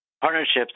partnerships